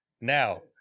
Now